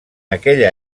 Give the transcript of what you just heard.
aquella